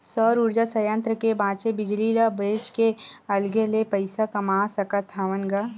सउर उरजा संयत्र के बाचे बिजली ल बेच के अलगे ले पइसा कमा सकत हवन ग